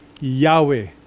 Yahweh